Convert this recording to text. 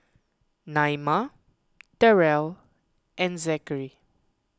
Naima Darell and Zachary